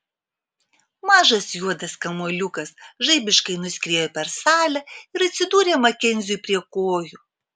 mažas juodas kamuoliukas žaibiškai nuskriejo per salę ir atsidūrė makenziui prie kojų